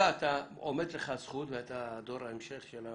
עומדת לך הזכות ואתה דור ההמשך,